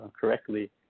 correctly